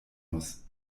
muss